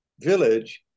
village